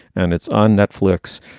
and it's on netflix.